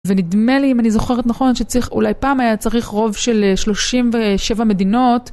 ונדמה לי אם אני זוכרת נכון שצריך אולי פעם היה צריך רוב של 37 מדינות.